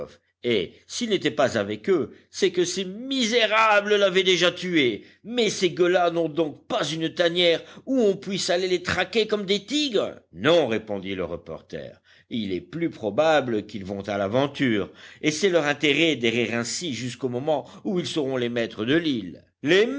et s'il n'était pas avec eux c'est que ces misérables l'avaient déjà tué mais ces gueux-là n'ont donc pas une tanière où on puisse aller les traquer comme des tigres non répondit le reporter il est plus probable qu'ils vont à l'aventure et c'est leur intérêt d'errer ainsi jusqu'au moment où ils seront les maîtres de l'île les